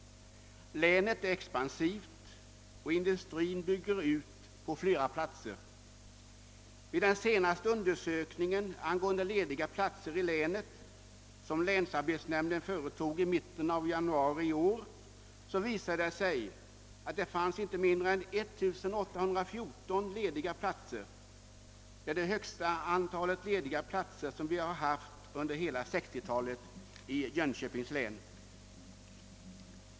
Länet är expansivt och industrin bygger ut på flera platser. Vid den senaste undersökningen angående lediga platser i länet, som länsarbetsnämnden företog i mitten av januari i år, visade det sig att det fanns inte mindre än 1 814 lediga platser. Det är det största antal lediga platser som vi haft under hela 1960-talet i Jönköpings län.